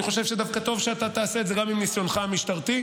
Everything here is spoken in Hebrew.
אני חושב שדווקא טוב שאתה תעשה את זה גם עם ניסיונך המשטרתי.